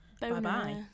Bye-bye